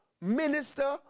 minister